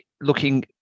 looking